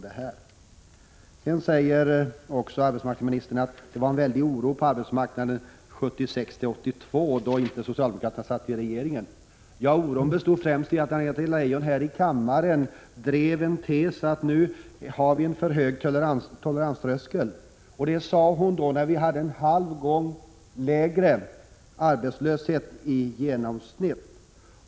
Arbetsmarknadsministern säger också att det var en väldig oro på arbetsmarknaden 1976-1982, då socialdemokraterna inte satt i regering. Oron bestod främst i att Anna-Greta Leijon här i kammaren drev en tes att vi hade en för hög toleranströskel. Det sade hon när vi hade hälften så stor arbetslöshet i genomsnitt.